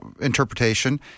interpretation